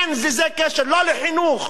אין לזה קשר לא לחינוך,